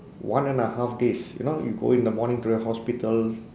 one and a half days you know you go in the morning to the hospital